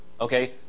okay